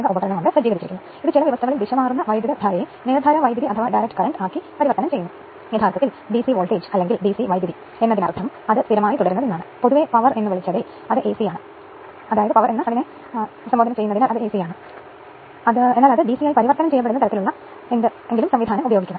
അതിനാൽ ഇപ്പോൾ ഇരുമ്പ് നഷ്ടം W i പൂർണ്ണ ലോഡ് ചെമ്പ് നഷ്ടം W c പൂർണ്ണ ലോഡ് എന്നാൽ x 1 x KVA KVA പൂർണ്ണ ലോഡ് എന്നാണ് അർത്ഥമാക്കുന്നത്